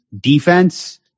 defense